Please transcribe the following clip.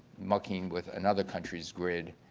monkeying with another country's grid